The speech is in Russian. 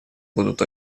будут